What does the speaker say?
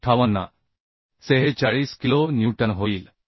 46 kilo newton होईल